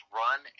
run